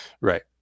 right